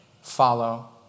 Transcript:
follow